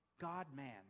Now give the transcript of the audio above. God-man